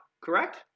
correct